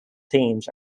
themes